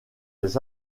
les